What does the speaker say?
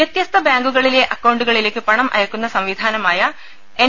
വൃത്യസ്ത ബാങ്കുകളിലെ അക്കൌണ്ടുകളിലേക്ക് പണം അയ്ക്കുന്ന സംവിധാനമായ എൻ